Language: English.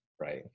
right